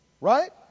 right